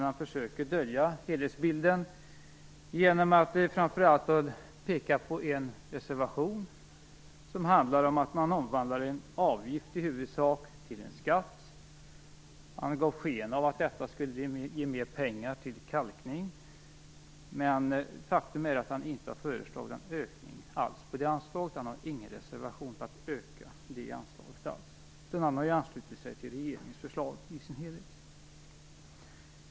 Han försöker dölja helhetsbilden, genom att framför allt peka på en reservation som handlar om att man omvandlar en avgift i huvudsak till en skatt. Han ger sken av att detta skulle ge mer pengar till kalkning. Men faktum är att han inte har föreslagit någon ökning alls på det anslaget. Han har ingen reservation för att öka det, utan han har anslutit sig till regeringens förslag i dess helhet.